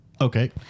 Okay